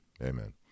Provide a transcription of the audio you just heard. Amen